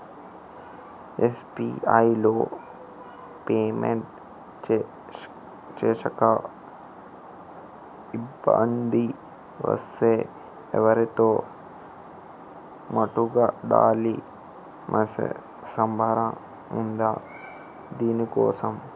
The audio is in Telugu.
యూ.పీ.ఐ లో పేమెంట్ చేశాక ఇబ్బంది వస్తే ఎవరితో మాట్లాడాలి? ఫోన్ నంబర్ ఉందా దీనికోసం?